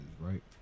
right